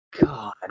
God